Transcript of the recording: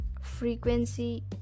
frequency